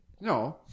No